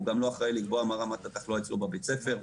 הוא גם לא אחראי לקבוע מה רמת התחלואה אצלו בבית הספר.